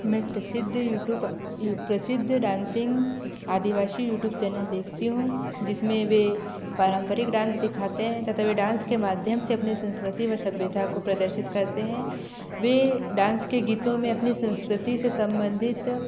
मैं प्रसिद्ध यूट्यूब प्रसिद्ध डानसिंग आदिवासी यूट्यूब चैनल देखती हूँ जिसमें वे पारंपरिक डांस दिखाते हैं तथा वे डांस के माध्यम से अपने संस्कृति व सभ्यता को प्रदर्शित करते हैं वे डांस के गीतों में अपनी संस्कृति से संबंधित